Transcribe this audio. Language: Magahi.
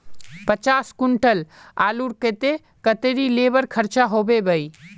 पचास कुंटल आलूर केते कतेरी लेबर खर्चा होबे बई?